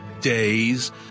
days